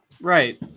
right